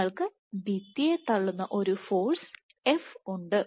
നിങ്ങൾക് ഭിത്തിയെ തള്ളുന്ന ഒരു ഫോഴ്സ് f ഉണ്ട്